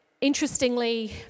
Interestingly